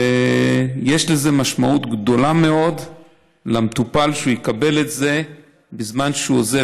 ויש משמעות גדולה מאוד למטופל שהוא יקבל את זה בזמן שהוא עוזב,